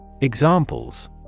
Examples